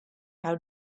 how